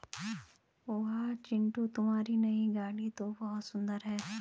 वाह चिंटू तुम्हारी नई गाड़ी तो बहुत सुंदर है